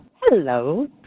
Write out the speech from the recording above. Hello